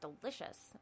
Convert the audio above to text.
delicious